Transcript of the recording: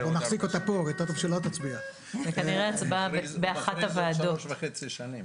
אבל אתם יכולים לחשוב על זה כתשואה הנחוצה על רמת ההון המופחת כמובן.